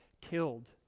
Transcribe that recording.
killed